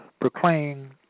proclaim